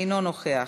אינו נוכח,